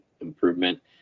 improvement